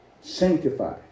Sanctify